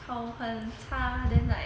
考很差 then like